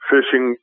Fishing